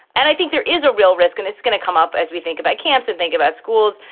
and i think there is a real risk and it's going to come up as we think about camps and think about schools.